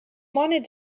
wanted